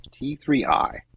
T3i